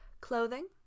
Clothing